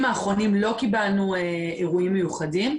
האחרונים לא קיבלנו אירועים מיוחדים,